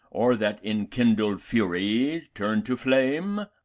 or that inkindled fury turn to flame?